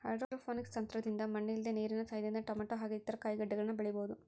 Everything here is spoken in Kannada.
ಹೈಡ್ರೋಪೋನಿಕ್ಸ್ ತಂತ್ರದಿಂದ ಮಣ್ಣಿಲ್ದೆ ನೀರಿನ ಸಹಾಯದಿಂದ ಟೊಮೇಟೊ ಹಾಗೆ ಇತರ ಕಾಯಿಗಡ್ಡೆಗಳನ್ನ ಬೆಳಿಬೊದು